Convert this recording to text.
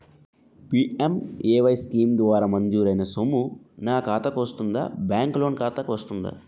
PMAY scheme ద్వారా మంజూరైన సొమ్ము నా ఖాతా కు వస్తుందాబ్యాంకు లోన్ ఖాతాకు వస్తుందా?